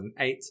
2008